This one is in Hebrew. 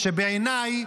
שבעיניי